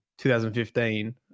2015